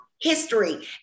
History